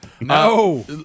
No